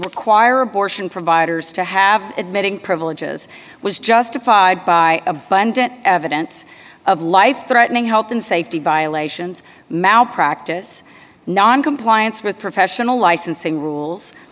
require abortion providers to have admitting privileges was justified by abundant evidence of life threatening health and safety violations malpractise noncompliance with professional licensing rules